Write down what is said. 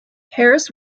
harris